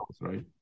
right